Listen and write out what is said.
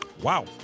Wow